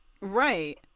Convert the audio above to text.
Right